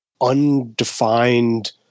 undefined